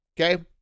Okay